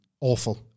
awful